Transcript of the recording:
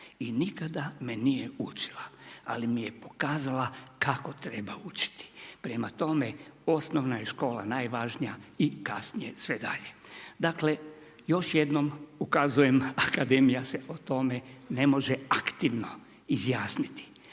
i nikada me nije učila, ali mi je pokazala kako treba učit. Prema tome, osnovna škola je najvažnija i kasnije sve dalje. Dakle, još jednom ukazujem Akademija se o tome ne može aktivno izjasniti.